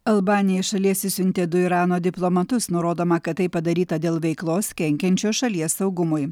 albanija iš šalies išsiuntė du irano diplomatus nurodoma kad tai padaryta dėl veiklos kenkiančios šalies saugumui